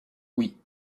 oui